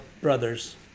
brothers